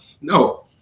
No